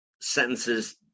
sentences